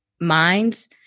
minds